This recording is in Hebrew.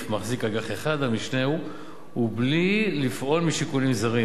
מחזיק אג"ח אחד על משנהו ובלי לפעול משיקולים זרים,